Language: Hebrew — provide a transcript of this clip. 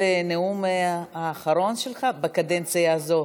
הנאום האחרון שלך בקדנציה הזאת.